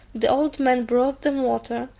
the old man brought them water,